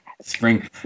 spring